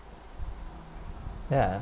ya